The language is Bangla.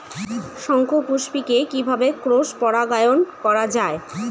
শঙ্খপুষ্পী কে কিভাবে ক্রস পরাগায়ন করা যায়?